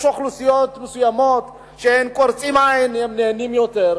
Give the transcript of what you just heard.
יש אוכלוסיות מסוימות שהם קורצים עין ואז הם נהנים יותר,